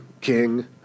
king